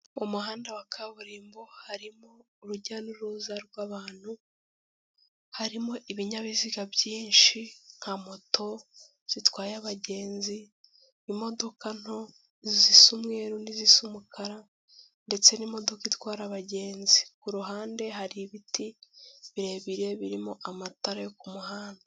Mu muhanda wa kaburimbo harimo urujya n'uruza rw'abantu, harimo ibinyabiziga byinshi nka moto zitwaye abagenzi, imodoka nto zisa umweru n'izisa umukara ndetse n'imodoka itwara abagenzi, ku ruhande hari ibiti birebire birimo amatara yo ku muhanda.